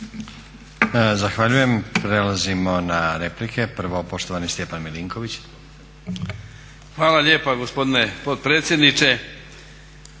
Zahvaljujem. Prelazimo na replike. Prvo poštovani Stjepan Milinković. **Milinković, Stjepan (HDZ)** Hvala lijepa gospodine potpredsjedniče.